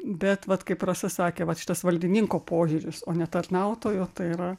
bet vat kaip rasa sakė vat šitas valdininko požiūris o ne tarnautojo tai yra